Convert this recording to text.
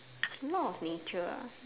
law of nature ah